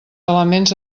elements